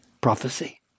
prophecy